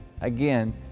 Again